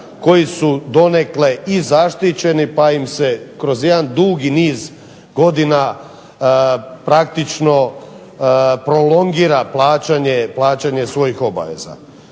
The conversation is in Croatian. koji su donekle i zaštićeni pa im se kroz jedan dugi niz godina praktično prolongira plaćanje svojih obaveza.